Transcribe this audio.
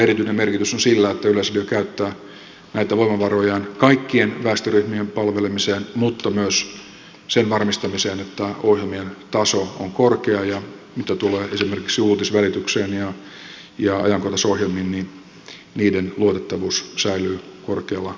erityinen merkitys on sillä että yleisradio käyttää näitä voimavarojaan kaikkien väestöryhmien palvelemiseen mutta myös sen varmistamiseen että ohjelmien taso on korkea ja mitä tulee esimerkiksi uutisvälitykseen ja ajankohtaisohjelmiin että niiden luotettavuus säilyy korkealla tasolla